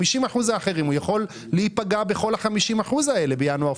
ב-50% האחרים הוא יכול להיפגע לחלוטין בינואר-פברואר.